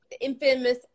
infamous